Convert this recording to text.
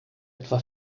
etwa